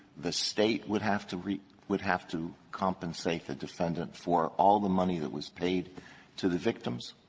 the state would have to would have to compensate the defendant for all the money that was paid to the victims.